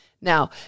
Now